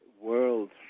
World